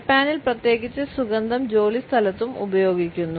ജപ്പാനിൽ പ്രത്യേകിച്ച് സുഗന്ധം ജോലിസ്ഥലത്തും ഉപയോഗിക്കുന്നു